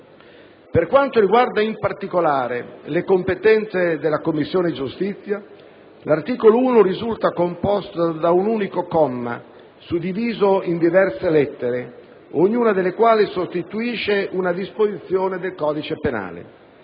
Per quanto riguarda in particolare le competenze della Commissione giustizia, l'articolo 1 risulta composto da un unico comma suddiviso in diverse lettere, ognuna delle quali sostituisce una disposizione del codice penale.